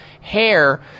hair